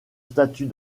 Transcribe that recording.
statut